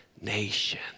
nation